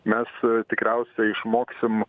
mes tikriausia išmoksim